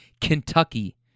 Kentucky